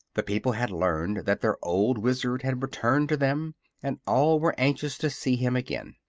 the people had learned that their old wizard had returned to them and all were anxious to see him again,